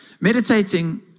Meditating